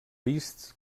vists